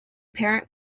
parent